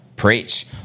preach